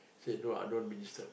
say no ah don't be disturbed